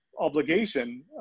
obligation